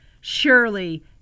surely